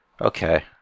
Okay